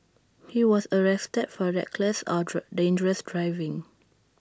he was arrested for reckless or dangerous driving